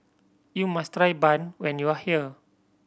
you must try bun when you are here